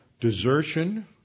desertion